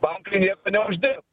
bankai nieko neuždirbs